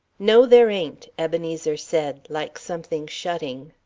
no, there ain't, ebenezer said, like something shutting.